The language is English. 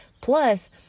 plus